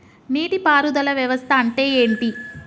నీటి పారుదల వ్యవస్థ అంటే ఏంటి?